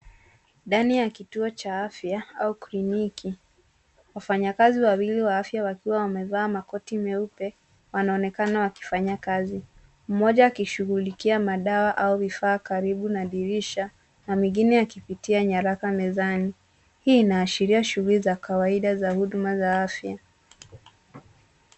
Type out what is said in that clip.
Ndani ya kutuo cha afya au kliniki, wafanyakazi wawili wa afya wakiwa wamevaa makoti meupe wanonekana wakifanya kazi. Mmoja akishughulikia madawa au vifaa karibu na dirisha na mwingine akipitia nyaraka mezani. Hii inaashiria shughuli za kawaida za huduma za afya.